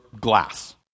glass